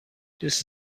دوست